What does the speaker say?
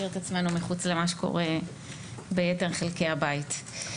את עצמנו מחוץ למה שקורה ביתר חלקי הבית.